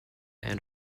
and